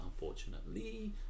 unfortunately